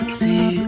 see